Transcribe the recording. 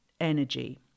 energy